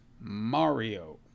Mario